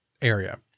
area